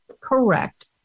Correct